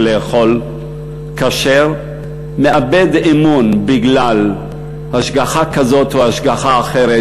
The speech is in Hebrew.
לאכול כשר מאבד אמון בגלל השגחה כזאת או השגחה אחרת,